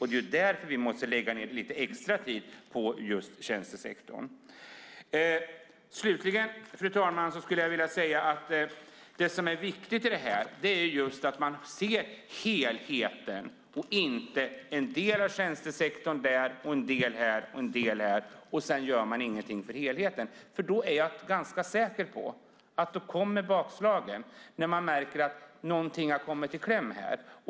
Det är på tjänstesektorn vi måste lägga ned lite extra tid. Det som är viktigt här är just att man ser helheten och inte en del av tjänstesektorn här och en del där, och sedan gör man ingenting för helheten. Jag är ganska säker på att bakslagen kommer när man märker att någonting har kommit i kläm.